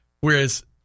whereas